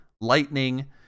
lightning